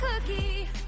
cookie